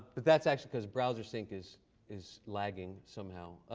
that's actually because browsersync is is lagging somehow.